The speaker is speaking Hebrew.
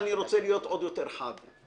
אני רוצה להיות עוד יותר חד.